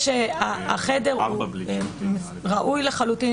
החדר ראוי לחלוטין.